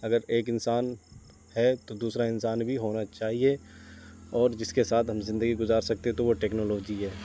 اگر ایک انسان ہے تو دوسرا انسان بھی ہونا چاہیے اور جس کے ساتھ ہم زندگی گزار سکتے ہیں تو وہ ٹیکنالوجی ہے